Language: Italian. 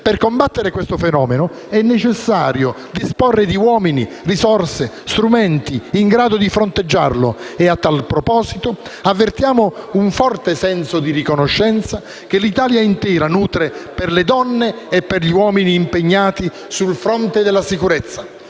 Per combattere questo fenomeno, è necessario disporre di uomini, risorse, strumenti in grado di fronteggiarlo e, a tal proposito, avvertiamo un forte senso di riconoscenza che l'Italia intera nutre per le donne e per gli uomini impegnati sul fronte della sicurezza,